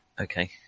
Okay